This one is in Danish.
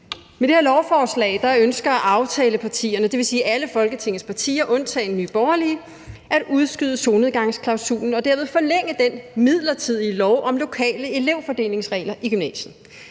Med det her lovforslag ønsker aftalepartierne, dvs. alle Folketingets partier, undtagen Nye Borgerlige, at udskyde solnedgangsklausulen og dermed forlænge den midlertidige lov om lokale fordelingsregler i gymnasiet.